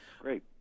great